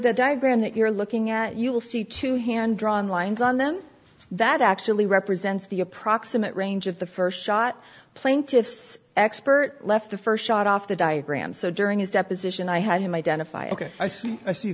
diagram that you're looking at you will see two hand drawn lines on them that actually represents the approximate range of the st shot plaintiff's expert left the st shot off the diagram so during his deposition i had him identify ok i see i see